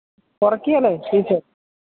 കുറയ്ക്കുകേലെ fees